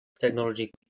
technology